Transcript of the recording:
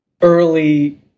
early